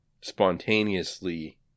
spontaneously